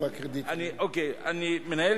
מי נמנע?